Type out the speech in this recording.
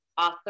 author